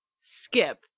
skip